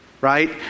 Right